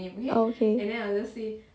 ya okay